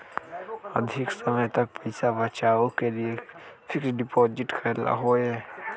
अधिक समय तक पईसा बचाव के लिए फिक्स डिपॉजिट करेला होयई?